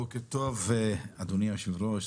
בוקר טוב, אדוני היושב ראש.